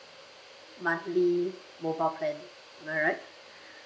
monthly mobile plan am I right